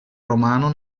romano